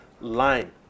line